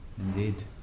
Indeed